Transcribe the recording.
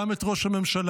גם את ראש הממשלה,